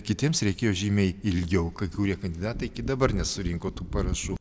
kitiems reikėjo žymiai ilgiau kai kurie kandidatai iki dabar nesurinko tų parašų